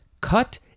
cut